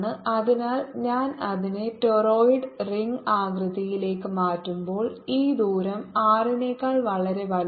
അതിനാൽ ഞാൻ അതിനെ ടോർറോയ്ഡ് റിംഗ് ആകൃതിയിലേക്ക് മാറ്റുമ്പോൾ ഈ ദൂരം R നെക്കാൾ വളരെ വലുതാണ്